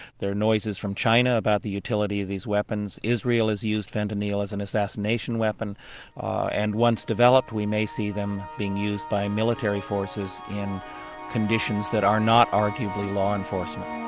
there are noises from china about the utility of these weapons, israel has used fentanyl as an assassination weapon and, once developed, we may see them being used by military forces in conditions that are not arguably law-enforcement.